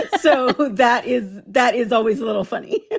so but that is that is always a little funny